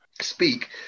speak